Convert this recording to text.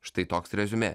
štai toks reziumė